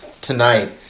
tonight